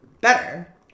Better